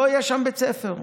לא יהיה שם בית ספר,